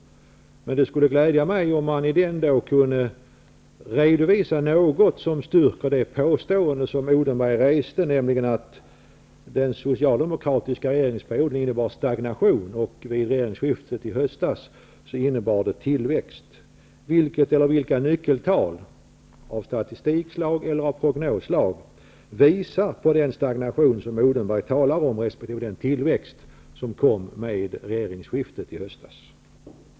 Men det skulle glädja mig om man i den kunde redovisa något som styrker det påstående som Mikael Odenberg reste, nämligen att den socialdemokratiska regeringsperioden innebar stagnation och att regeringensskiftet i höstas innebar tillväxt. Vilket eller vilka nyckeltal av statistikslag eller av prognosslag visar på den tidigare stagnationen och den tillväxt som kom med regeringsskiftet i höstas som Mikael Odenberg talar om?